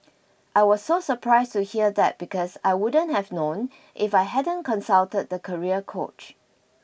I was so surprised to hear that because I wouldn't have known if I hadn't consulted the career coach